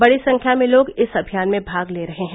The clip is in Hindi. बडी संख्या में लोग इस अभियान में भाग ले रहे हैं